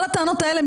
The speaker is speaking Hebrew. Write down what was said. כל הטענות האלה,